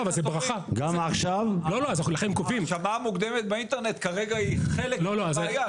ההרשמה המוקדמת באינטרנט, כרגע היא חלק מהבעיה.